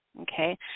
Okay